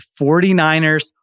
49ers